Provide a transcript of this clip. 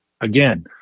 Again